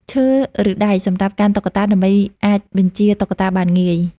ឈើ ឬដែកសម្រាប់កាន់តុក្កតា ដើម្បីអាចបញ្ជាតុក្កតាបានងាយ។